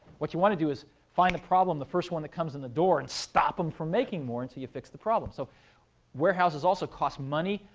what you want to do is find the problem the first one that comes in the door, and stop them from making more until you fix the problem. so warehouses also cost money,